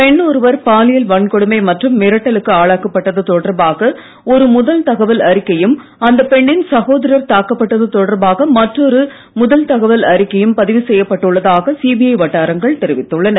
பெண் ஒருவர் பாலியல் வன்கொடுமை மற்றும் மிரட்டலுக்கு ஆளாக்கப்பட்டது தொடர்பாக ஒரு தகவல் முதல் அறிக்கையும் அந்தப் பெண்ணின் சகோதரர் தாக்கப்பட்டது தொடர்பாக மற்றொரு முதல் தகவல் அறிக்கையும் பதிவு செய்யப்பட்டு உள்ளதாக சிபிஐ வட்டாரங்கள் தெரிவித்துள்ளன